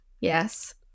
yes